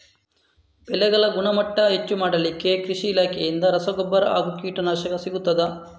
ಬೆಳೆಗಳ ಗುಣಮಟ್ಟ ಹೆಚ್ಚು ಮಾಡಲಿಕ್ಕೆ ಕೃಷಿ ಇಲಾಖೆಯಿಂದ ರಸಗೊಬ್ಬರ ಹಾಗೂ ಕೀಟನಾಶಕ ಸಿಗುತ್ತದಾ?